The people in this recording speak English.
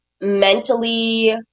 mentally